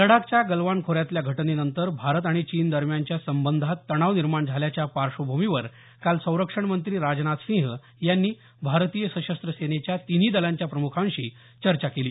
लडाखच्या गलवान खोऱ्यातल्या घटनेनंतर भारत आणि चीनदरम्यानच्या संबंधात तणाव निर्माण झाल्याच्या पार्श्वभूमीवर काल संरक्षण मंत्री राजनाथ सिंह यांनी भारतीय सशस्त्र सेनेच्या तिन्ही दलांच्या प्रमुखांशी चर्चा केली